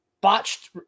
botched